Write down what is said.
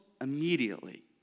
immediately